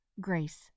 grace